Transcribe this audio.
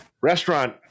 Restaurant